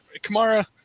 Kamara